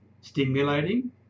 stimulating